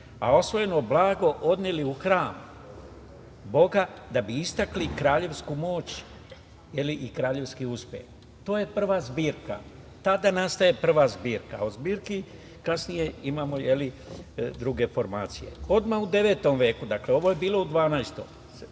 a osvojeno blago odneli u hram boga, da bi istakli kraljevsku moć i kraljevski uspeh. To je prva zbirka, tada nastaje prva zbirka. O zbirki kasnije imamo druge formacije. Odmah u 9. veku, dakle ovo je bilo u 12,